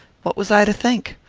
what was i to think?